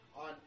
on